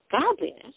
godliness